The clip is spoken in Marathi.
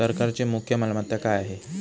सरकारची मुख्य मालमत्ता काय आहे?